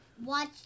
Watch